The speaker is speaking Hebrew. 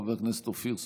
חבר הכנסת אופיר סופר,